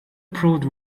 proved